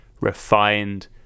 refined